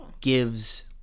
gives